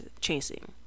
chasing